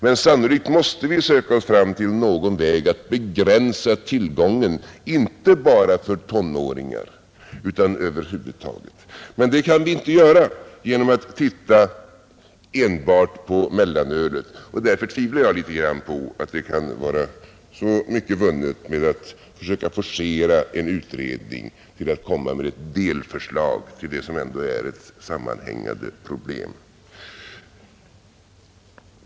Men förmodligen måste vi söka oss fram till någon väg att begränsa tillgången inte bara för tonåringar utan över huvud taget. Det kan vi emellertid inte göra genom att se enbart på mellanölet, och därför tvivlar jag litet grand på att det kan vara så mycket vunnet med att försöka forcera en utredning till att framlägga ett delförslag i fråga om det som ändå är ett sammanhängande problem.